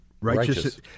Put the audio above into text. righteous